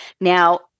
Now